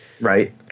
Right